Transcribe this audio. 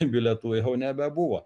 bilietų jau nebebuvo